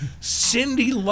Cindy